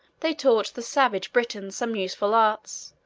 they taught the savage britons some useful arts,